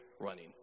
running